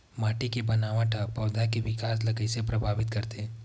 माटी के बनावट हा पौधा के विकास ला कइसे प्रभावित करथे?